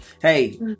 hey